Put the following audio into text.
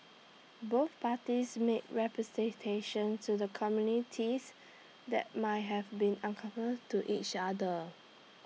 both parties made representations to the committees that might have been uncomfortable to each other